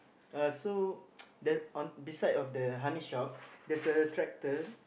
uh so there on beside of the honey shop there's a tractor